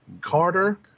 Carter